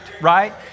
right